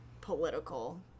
political